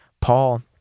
Paul